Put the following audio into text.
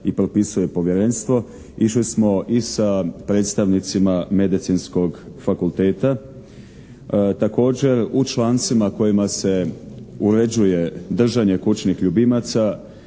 i propisuje povjerenstvo išli smo i sa predstavnicima Medicinskog fakulteta. Također u člancima kojima se uređuje držanje kućnih ljubimaca